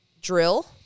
drill